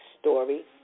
story